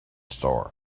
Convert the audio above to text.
store